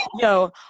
Yo